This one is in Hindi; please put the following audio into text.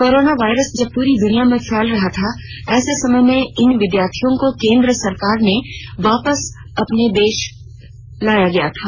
कोरोनावायरस जब पूरी दुनिया में फैल रहा था ऐसे समय में इन विद्यार्थियों को केन्द्र सरकार ने वापस अपने देश लायी थी